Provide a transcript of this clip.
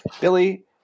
Billy